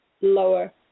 lower